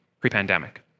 pre-pandemic